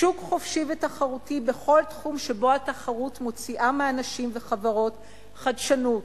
שוק חופשי ותחרותי בכל תחום שבו התחרות מוציאה מאנשים וחברות חדשנות,